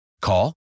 call